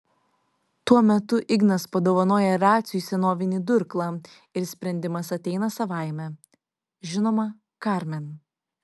tuo metu ignas padovanoja raciui senovinį durklą ir sprendimas ateina savaime žinoma karmen